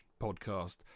podcast